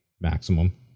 maximum